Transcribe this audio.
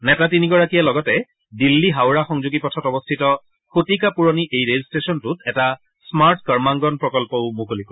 নেতা তিনিগৰাকীয়ে লগতে দিল্লী হাওৰা সংযোগী পথত অৱস্থিত শতিকা পূৰণি এই ৰেল ষ্টেচনটোত এটা স্মাৰ্ট কৰ্মাংগন প্ৰকল্পও মুকলি কৰিব